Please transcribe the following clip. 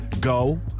Go